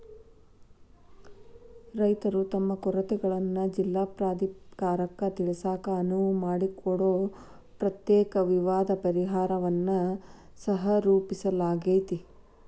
ರೈತರು ತಮ್ಮ ಕೊರತೆಗಳನ್ನ ಜಿಲ್ಲಾ ಪ್ರಾಧಿಕಾರಕ್ಕ ತಿಳಿಸಾಕ ಅನುವು ಮಾಡಿಕೊಡೊ ಪ್ರತ್ಯೇಕ ವಿವಾದ ಪರಿಹಾರನ್ನ ಸಹರೂಪಿಸಲಾಗ್ಯಾತಿ